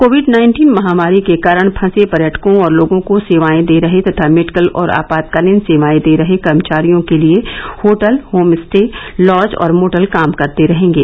Covid nineteen महामारी के कारण फंसे पर्यटकों और लोगों को सेवाएं दे रहे तथा मेडिकल और आपातकालीन सेवा दे रहे कर्मचारियों के लिए होटल होमस्टे लॉज और मोटल काम करते रहेंगे